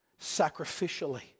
sacrificially